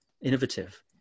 innovative